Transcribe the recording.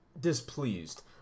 displeased